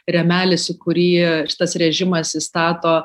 rėmelis į kurį šitas režimas įstato